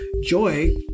Joy